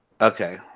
okay